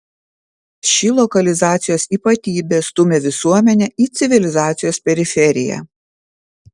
ši lokalizacijos ypatybė stumia visuomenę į civilizacijos periferiją